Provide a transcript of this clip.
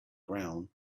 ground